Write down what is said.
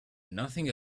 nothing